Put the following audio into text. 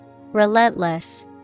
Relentless